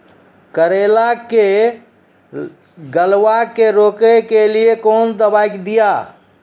करेला के गलवा के रोकने के लिए ली कौन दवा दिया?